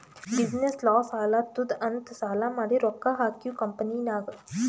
business loss ಆಲಾತ್ತುದ್ ಅಂತ್ ಸಾಲಾ ಮಾಡಿ ರೊಕ್ಕಾ ಹಾಕಿವ್ ಕಂಪನಿನಾಗ್